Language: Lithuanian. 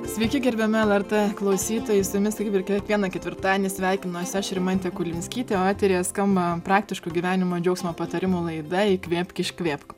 sveiki gerbiami lrt klausytojai su jumis kaip ir kiekvieną ketvirtadienį sveikinuosi aš rimantė kurlinskytė o eteryje skamba praktiško gyvenimo džiaugsmo patarimų laida įkvėpk iškvėpk